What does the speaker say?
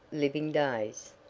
living days.